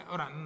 Ora